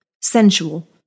sensual